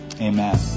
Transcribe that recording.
Amen